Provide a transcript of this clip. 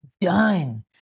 done